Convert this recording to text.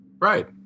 Right